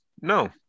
No